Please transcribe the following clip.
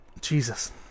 Jesus